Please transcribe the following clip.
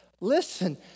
listen